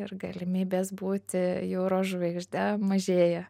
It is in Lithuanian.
ir galimybės būti jūros žvaigžde mažėja